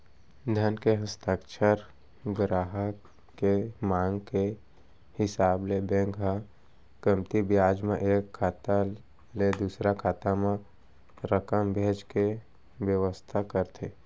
धन के हस्तांतरन गराहक के मांग के हिसाब ले बेंक ह कमती बियाज म एक खाता ले दूसर खाता म रकम भेजे के बेवस्था करथे